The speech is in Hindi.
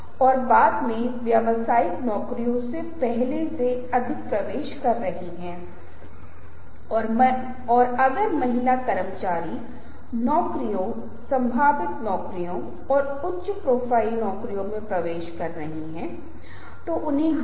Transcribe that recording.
ज्ञान जहां हमें इस विषय के बारे में अत्यधिक जानकारी दी जाती है अगर मुझे पता है कि ठंडा पेय कैसे बनाया जाता है तो अच्छी तरह से मुझे इसे देखने का विशिष्ट तरीका होगा चाहे इसे लेना हो या नहीं यह बहुत दृढ़ता से तैयार किया जाएगा मैं केवल ब्रांडों के नामों को अनदेखा कर सकता हूं क्योंकि गहराई से मुझे पता है कि कमोबेश एक ही तरह की चीज है जो की जैसे ज्ञान है